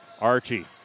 Archie